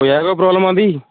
ਕੋਈ ਹੈ ਕੋਈ ਪ੍ਰੋਬਲਮ ਆਉਂਦੀ